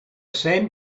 same